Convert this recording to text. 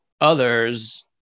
others